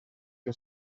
que